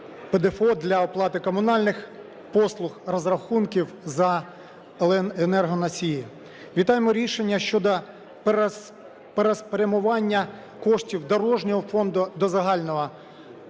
ПДФО для оплати комунальних послуг, розрахунків за енергоносії. Вітаємо рішення щодо переспрямування коштів дорожнього фонду до загального